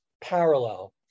parallel